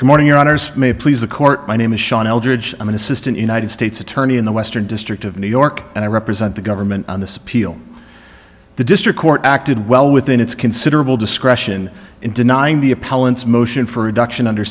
good morning your honors may please the court my name is shawn eldridge i'm an assistant united states attorney in the western district of new york and i represent the government on the spiel the district court acted well within its considerable discretion in denying the appellant's motion for adoption under